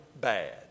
bad